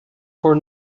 por